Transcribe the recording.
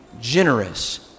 generous